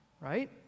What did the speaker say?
right